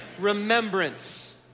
remembrance